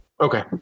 Okay